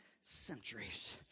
centuries